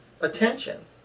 attention